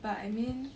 but I mean